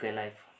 life